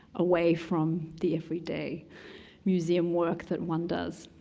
away from the everyday museum work that one does.